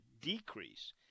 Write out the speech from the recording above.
decrease